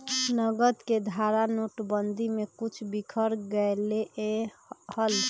नकद के धारा नोटेबंदी में कुछ बिखर गयले हल